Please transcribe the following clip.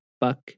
Buck